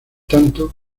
tanto